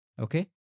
Okay